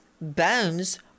bones